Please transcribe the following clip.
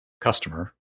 customer